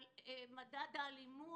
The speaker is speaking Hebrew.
על מדד האלימות.